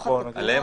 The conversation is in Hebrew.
פה אנחנו